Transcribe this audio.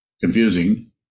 confusing